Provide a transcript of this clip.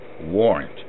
warrant